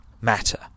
matter